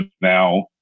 now